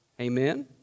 Amen